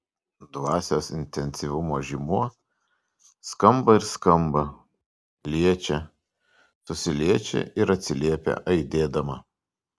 dvasios intensyvumo žymuo skamba ir skamba liečia susiliečia ir atsiliepia aidėdama